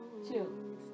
Two